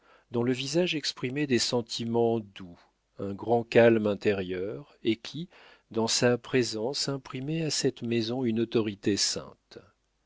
dont le visage exprimait des sentiments doux un grand calme intérieur et qui par sa présence imprimait à cette maison une autorité sainte